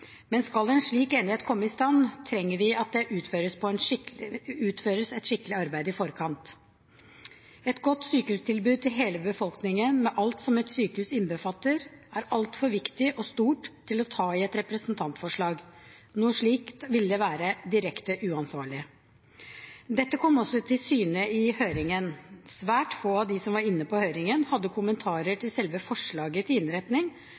Men skal en slik enighet komme i stand, trenger vi at det utføres et skikkelig arbeid i forkant. Et godt sykehustilbud til hele befolkningen med alt som et sykehus innbefatter, er altfor viktig og stort til å ta i et representantforslag. Noe slikt ville være direkte uansvarlig. Dette kom også til syne i høringen. Svært få av dem som var inne på høringen, hadde kommentarer til selve forslaget til innretning,